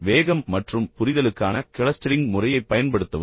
வேகம் மற்றும் புரிதலுக்கான கிளஸ்டரிங் முறையைப் பயன்படுத்தவும்